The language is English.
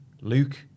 Luke